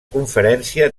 conferència